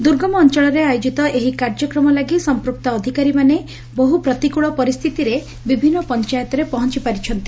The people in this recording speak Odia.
ଦୂର୍ଗମ ଅଞ୍ଚଳରେ ଆୟୋଜିତ ଏହି କାର୍ଯ୍ୟକ୍ରମ ଲାଗି ସମ୍ମୁକ୍ତ ଅଧିକାରୀମାନେ ବହୁ ପ୍ରତିକ୍କଳ ପରିସ୍ରିତିରେ ବିଭିନ୍ ପଞାୟତରେ ପହଞ୍ ପାରିଛନ୍ତି